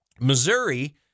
Missouri